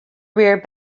rear